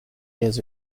years